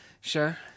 Sure